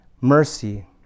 mercy